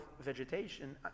vegetation